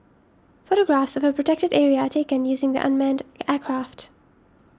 photographs of a Protected Area are taken using the unmanned aircraft